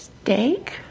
Steak